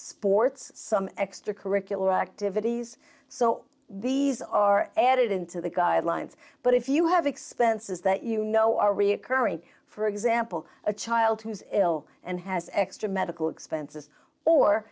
sports some extra curricular activities so these are added into the guidelines but if you have expenses that you know are reoccurring for example a child who's ill and has extra medical expenses or